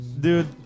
dude